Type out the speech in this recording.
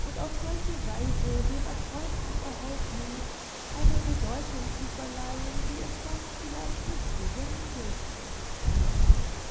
und auf solche weise dem erträumten verhältniß eine bedeutung zu verleihen die es sonst vielleicht nicht gewinnen dürfte